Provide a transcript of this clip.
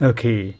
Okay